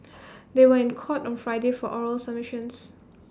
they were in court on Friday for oral submissions